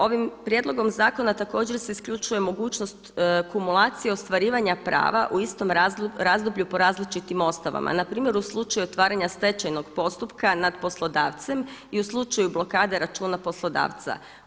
Ovim prijedlogom zakona također se isključuje mogućnost kumulacije ostvarivanja prava u istom razdoblju po različitim osnovama, npr. u slučaju otvaranja stečajnog postupka nad poslodavcem i u slučaju blokade računa poslodavca.